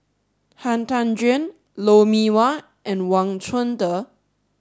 Han Tan Juan Lou Mee Wah and Wang Chunde